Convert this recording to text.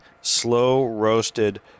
slow-roasted